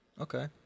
Okay